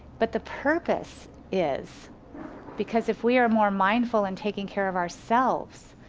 but the purpose is because if we are more mindful and taking care of ourselves,